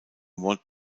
walt